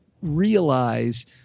realize